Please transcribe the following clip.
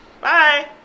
Bye